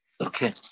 Okay